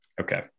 Okay